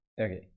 Okay